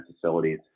facilities